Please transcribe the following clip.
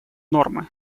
нормы